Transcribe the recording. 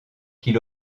qu’il